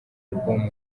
album